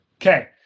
okay